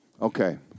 Okay